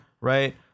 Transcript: right